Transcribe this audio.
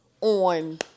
on